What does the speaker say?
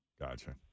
Gotcha